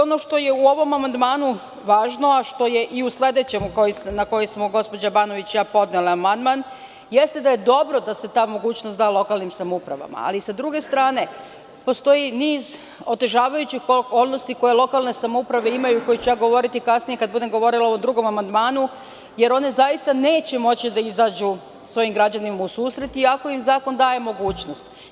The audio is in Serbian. Ono što je u ovom amandmanu važno, a što je i u sledećem na koji smo gospođa Banović i ja podnele amandman, jeste da je dobro da se ta mogućnost da lokalnim samoupravama, ali s druge strane, postoji niz otežavajući okolnosti koje lokalne samouprave imaju, koje ću govoriti kasnije kada budem govorila o drugom amandmanu, jer one zaista neće moći da izađu svojim građanima u susret, iako im zakon daje mogućnost.